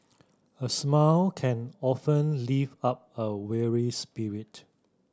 a smile can often lift up a weary spirit